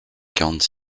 quarante